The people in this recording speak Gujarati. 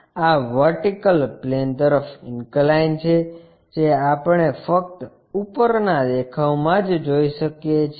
આ વર્ટિકલ પ્લેન તરફ ઇન્કલાઇન્ડ છે જે આપણે ફક્ત ઉપરના દેખાવમા જ જોઈ શકીએ છીએ